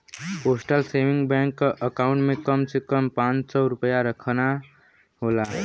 postal saving bank क account में कम से कम पांच सौ रूपया रखना होला